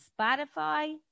Spotify